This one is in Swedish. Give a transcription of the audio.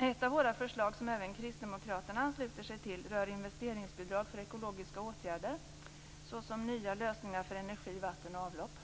Ett av våra förslag, som även kristdemokraterna ansluter sig till, rör investeringsbidrag för ekologiska åtgärder, såsom nya lösningar för energi, vatten och avlopp.